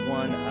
one